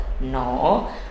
No